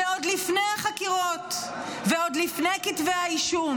ועוד לפני החקירות, עוד לפני כתבי האישום.